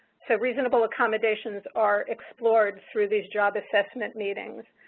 so, reasonable accommodations are explored through these job assessment meetings,